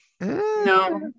No